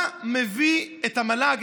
מה מביא את המל"ג,